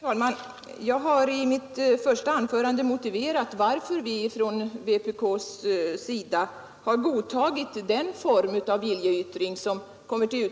Herr talman! Jag har i mitt första anförande motiverat varför vi från vpkss sida har godtagit den form av viljeyttring som kommer till